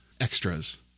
Extras